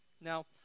Now